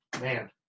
Man